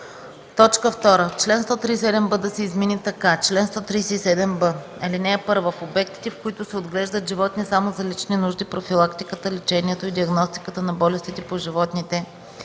май”. 2. Член 137б да се измени така: „Чл. 137б. (1) В обектите, в които се отглеждат животни само за лични нужди, профилактиката, лечението и диагностиката на болестите по животните